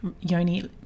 Yoni